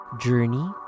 journey